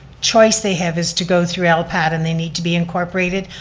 choice they have is to go through lpat and they need to be incorporated,